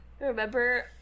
Remember